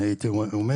אני הייתי אומר.